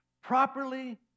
properly